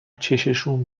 چششون